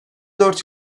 dört